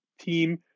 team